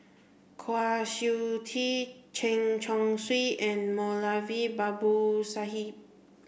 Kwa Siew Tee Chen Chong Swee and Moulavi Babu Sahib